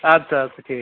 اَدٕ سا اَدٕ سا ٹھیٖک